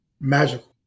magical